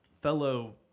fellow